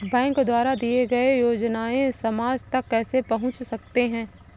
Bank द्वारा दिए गए योजनाएँ समाज तक कैसे पहुँच सकते हैं?